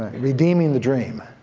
redeeming the dream